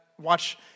watch